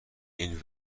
این